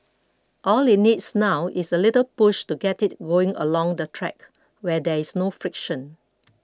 all it needs now is a little push to get it going along the track where there is no friction